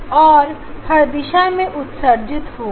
और हर दिशा में उत्सर्जित होगा